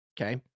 Okay